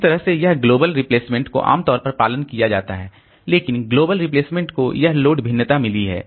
इस तरह इस ग्लोबल रिप्लेसमेंट का आमतौर पर पालन किया जाता है लेकिन ग्लोबल रिप्लेसमेंट को यह लोड भिन्नता मिली है